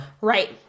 right